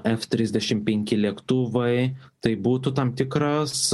f trisdešim penki lėktuvai tai būtų tam tikras